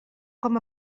com